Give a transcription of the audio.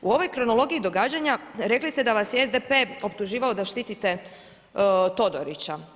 U ovoj kronologiji događanja rekli ste da vas je SDP optuživao da štitite Todorića.